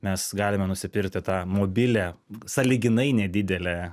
mes galime nusipirkti tą mobilią sąlyginai nedidelę